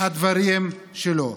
הדברים שלו.